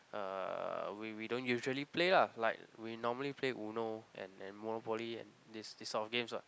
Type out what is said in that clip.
uh we we don't usually play lah like we normally play Uno and and Monopoly and these these old games lah